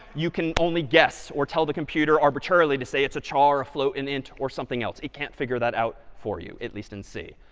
you can only guess, or tell the computer arbitrarily to say it's a char, a float, an int, or something else. it can't figure that out for you, at least in c.